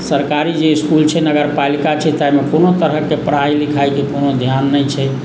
सरकारी जे इस्कुल छै नगर पालिका छै ताहिमे कोनो तरहके पढ़ाइ लिखाइके कोनो ध्यान नहि छै